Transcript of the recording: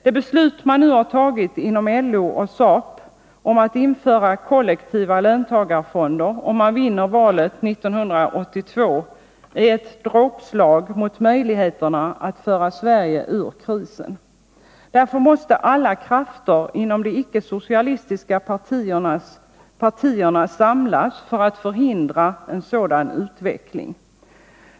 De beslut man nu har tagit inom LO och SAP om att införa kollektiva löntagarfonder om man vinner valet 1982 är ett dråpslag mot möjligheterna att föra Sverige ur krisen. Därför måste alla krafter inom de icke-socialistiska partierna samlas för att förhindra en sådan utveckling.